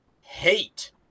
hate